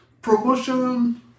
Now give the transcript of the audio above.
promotion